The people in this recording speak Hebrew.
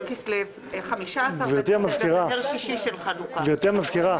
גברתי המזכירה,